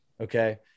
Okay